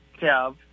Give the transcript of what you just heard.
Kev